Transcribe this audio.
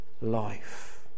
life